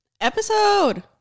Episode